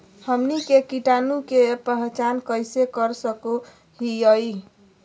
हमनी कीटाणु के पहचान कइसे कर सको हीयइ?